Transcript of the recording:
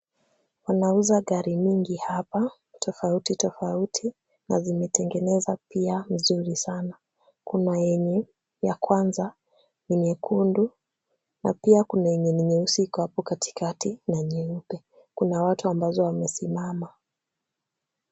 Wanauza gari mingi hapa tofauti tofauti na zimetengenezwa pia mzuri sana. Kuna yenye ya kwanza ni nyekundu na pia kuna yenye ni nyeusi iko hapo katikati na nyeupe. Kuna watu ambazo wamesimama.